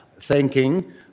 thanking